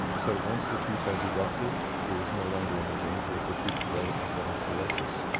so once the tooth has erupted there is no longer any danger of the tooth developing dental fluorosis.